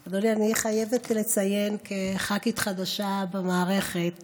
אדוני, אני חייבת לציין, כח"כית חדשה במערכת